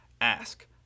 ask